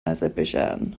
azerbaijan